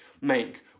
make